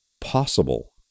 possible